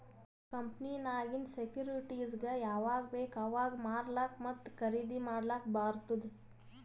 ಕಂಪನಿನಾಗಿಂದ್ ಸೆಕ್ಯೂರಿಟಿಸ್ಗ ಯಾವಾಗ್ ಬೇಕ್ ಅವಾಗ್ ಮಾರ್ಲಾಕ ಮತ್ತ ಖರ್ದಿ ಮಾಡ್ಲಕ್ ಬಾರ್ತುದ್